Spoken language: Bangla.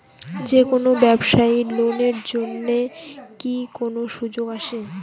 যে কোনো ব্যবসায়ী লোন এর জন্যে কি কোনো সুযোগ আসে?